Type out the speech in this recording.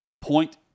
Point